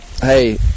hey